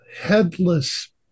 headless